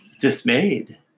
dismayed